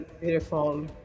beautiful